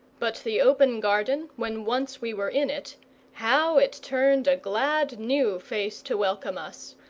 but the open garden, when once we were in it how it turned a glad new face to welcome us,